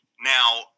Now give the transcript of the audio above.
Now